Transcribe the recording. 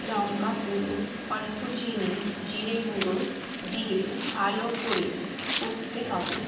লঙ্কাগুঁড়ো অল্প চিনি জিরেগুঁড়ো দিয়ে ভালো করে কষতে হবে